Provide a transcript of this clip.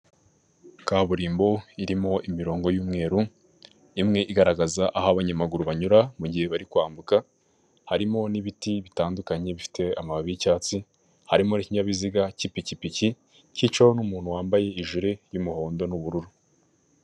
Kaburimbo irimo imirongo y'umweru imwe igaragaza aho abanyamaguru banyura mu mugihe bari kwambuka ,harimo n'ibiti bitandukanye bifite amababi y'icyatsi harimo n'ikinyabiziga cy'pikipiki cy'icaho n'umuntu wambaye ijire y'umuhondo n'ubururu.